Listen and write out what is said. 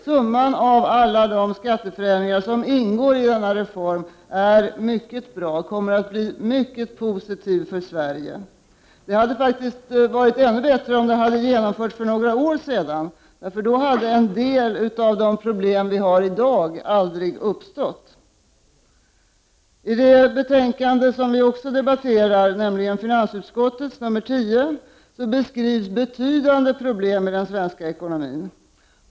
Summan av alla de skatteförändringar som ingår i denna reform är mycket bra och kommer att medföra mycket positivt för Sverige. Det hade varit ännu bättre om reformen genomförts för några år sedan, för då hade en del av dagens problem aldrig uppstått. I ett annat betänkande som också debatteras i dag, nämligen FiU10, skrivs om betydande problem i den svenska ekonomin.